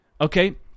Okay